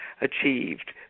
achieved